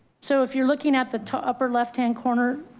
so if you're looking at the upper left hand corner,